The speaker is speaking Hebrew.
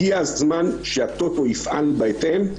הגיע הזמן שהטוטו יפעל בהתאם,